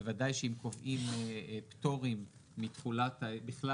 בוודאי שאם קובעים פטורים מתחולת --- בכלל